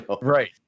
Right